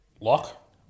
Lock